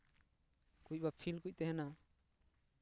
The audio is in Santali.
ᱦᱩᱭᱩᱜᱼᱟ ᱯᱷᱤᱞᱰ ᱠᱚ ᱛᱟᱦᱮᱱᱟ